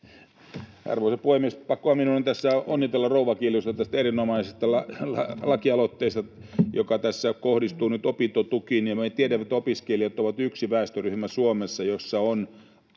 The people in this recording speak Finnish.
Arvoisa puhemies! Pakkohan minun on tässä onnitella rouva Kiljusta tästä erinomaisesta lakialoitteesta, joka tässä kohdistuu nyt opintotukiin. Me tiedämme, että opiskelijat ovat yksi väestöryhmä Suomessa, jossa on